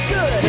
Good